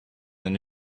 and